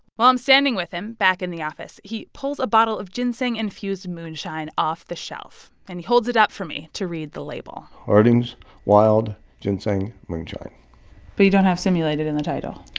while i'm standing with him back in the office, he pulls a bottle of ginseng-infused moonshine off the shelf. and he holds it up for me to read the label harding's wild ginseng moonshine but you don't have simulated in the title